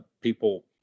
people